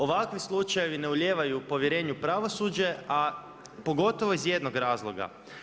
Ovakvi slučajevi ne ulijevaju povjerenje u pravosuđe, a pogotovo iz jednog razloga.